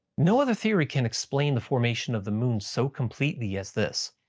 no other theory can explain the formation of the moon so completely as this.